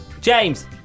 James